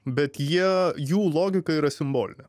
bet jie jų logika yra simbolinė